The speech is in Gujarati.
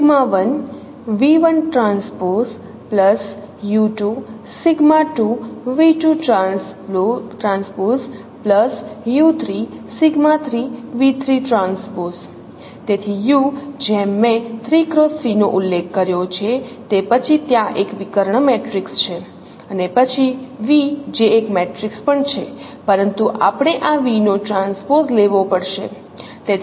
તેથી U જેમ મેં 3x3 નો ઉલ્લેખ કર્યો છે તે પછી ત્યાં એક વિકર્ણ મેટ્રિક્સ છે અને પછી V જે એક મેટ્રિક્સ પણ છે પરંતુ આપણે આ V નો ટ્રાન્સપોઝ લેવો પડશે